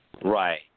Right